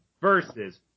versus